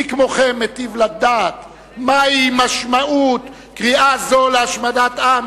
מי כמוכם מטיב לדעת מהי משמעות קריאה זו להשמדת עם,